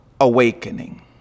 awakening